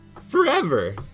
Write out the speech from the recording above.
forever